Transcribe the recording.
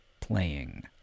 playing